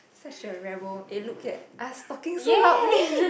such a rebel eh look at I've talking so loudly